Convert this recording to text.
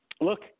Look